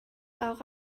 auch